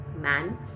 man